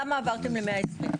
למה עברתם ל-120?